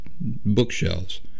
bookshelves